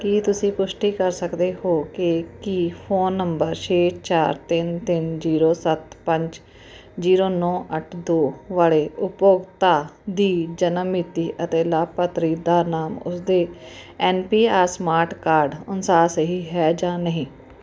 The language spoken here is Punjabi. ਕੀ ਤੁਸੀਂ ਪੁਸ਼ਟੀ ਕਰ ਸਕਦੇ ਹੋ ਕਿ ਕੀ ਫੋਨ ਨੰਬਰ ਛੇ ਚਾਰ ਤਿੰਨ ਤਿੰਨ ਜ਼ੀਰੋ ਸੱਤ ਪੰਜ ਜ਼ੀਰੋ ਨੌਂ ਅੱਠ ਦੋ ਵਾਲੇ ਉਪਭੋਗਤਾ ਦੀ ਜਨਮ ਮਿਤੀ ਅਤੇ ਲਾਭਪਾਤਰੀ ਦਾ ਨਾਮ ਉਸਦੇ N P R smart card ਅਨੁਸਾਰ ਸਹੀ ਹੈ ਜਾਂ ਨਹੀਂ